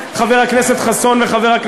חברות וחברים,